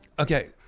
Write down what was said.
Okay